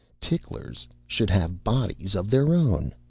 ticklers should have bodies of their own!